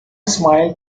smiled